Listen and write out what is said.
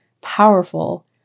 powerful